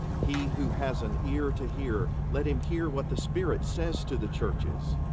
he who has an ear to hear, let him hear what the spirit says to the churches.